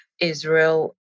Israel